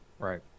Right